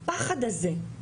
הפחד הזה,